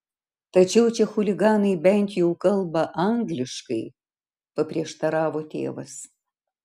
tačiau čia chuliganai bent jau kalba angliškai paprieštaravo tėvas